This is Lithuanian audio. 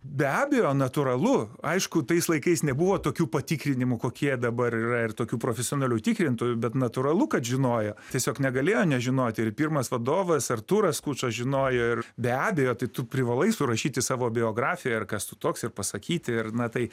be abejo natūralu aišku tais laikais nebuvo tokių patikrinimų kokie dabar yra ir tokių profesionalių tikrintojų bet natūralu kad žinojo tiesiog negalėjo nežinoti ir pirmas vadovas artūras skučas žinojo ir be abejo tai tu privalai surašyti savo biografiją ir kas tu toks ir pasakyti ir na tai